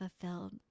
fulfilled